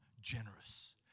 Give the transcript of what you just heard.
generous